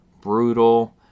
brutal